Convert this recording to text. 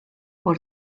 por